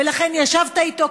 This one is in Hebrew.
ולכן ישבת איתו,